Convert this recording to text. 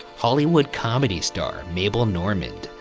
hollywood comedy star mabel normand,